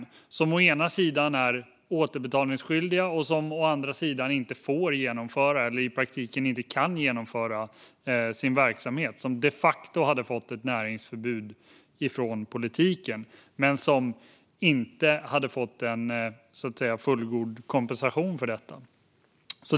Den är å ena sidan återbetalningsskyldig, men å andra sidan varken får eller kan den i praktiken genomföra sin verksamhet. Den hade de facto fått ett näringsförbud från politiken men inte fått fullgod kompensation för det.